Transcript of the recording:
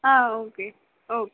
ah okay okay